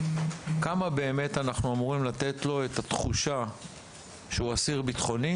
כמה אנחנו באמת אמורים לתת לו את התחושה שהוא אסיר בטחוני